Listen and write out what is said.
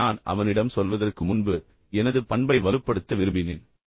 இதை நான் அவனிடம் சொல்வதற்கு முன்பு எனது பண்பை வலுப்படுத்த விரும்பினேன்